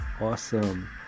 awesome